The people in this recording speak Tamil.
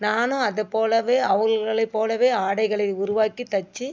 நானும் அதுபோலவே அவர்களைப் போலவே ஆடைகளை உருவாக்கி தைச்சி